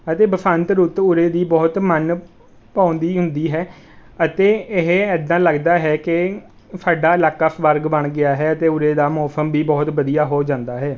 ਅਤੇ ਬਸੰਤ ਰੁੱਤ ਉਰੇ ਦੀ ਬਹੁਤ ਮਨ ਭਾਉਂਦੀ ਹੁੰਦੀ ਹੈ ਅਤੇ ਇਹ ਇੱਦਾਂ ਲੱਗਦਾ ਹੈ ਕਿ ਸਾਡਾ ਇਲਾਕਾ ਸਵਰਗ ਬਣ ਗਿਆ ਹੈ ਅਤੇ ਉਰੇ ਦਾ ਮੌਸਮ ਵੀ ਬਹੁਤ ਵਧੀਆ ਹੋ ਜਾਂਦਾ ਹੈ